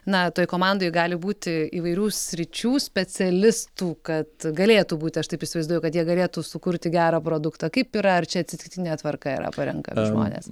na toj komandoj gali būti įvairių sričių specialistų kad galėtų būti aš taip įsivaizduoju kad jie galėtų sukurti gerą produktą kaip yra ar čia atsitiktine tvarka yra parenkami žmonės